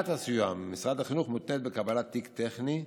קביעת הסיוע ממשרד החינוך מותנית בקבלת תיק טכני,